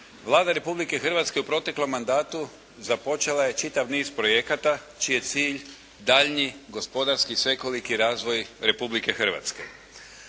Vlada Republike Hrvatske u proteklom mandatu započela je čitav niz projekata čiji je cilj daljnji gospodarski svekoliki razvoj Republike Hrvatske.